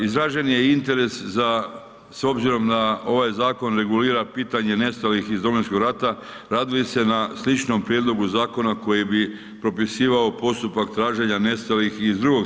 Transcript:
Izražen je interes za, s obzirom na ovaj zakon regulira pitanje nestalih iz Domovinskog rata, radi li se na sličnom prijedlogu zakona koji bi propisivao postupak traženja nestalih i iz II.